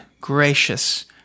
gracious